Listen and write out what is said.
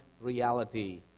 reality